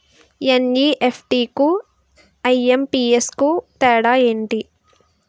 NEFT కు IMPS కు తేడా ఎంటి?